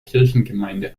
kirchengemeinde